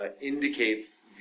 indicates